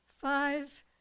five